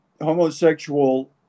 homosexual